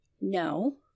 No